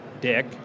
dick